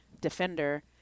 defender –